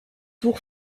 tour